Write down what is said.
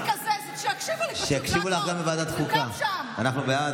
טלי, אנחנו מעצימים אותך.